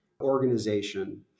organization